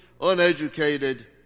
uneducated